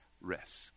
risk